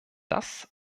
das